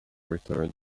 return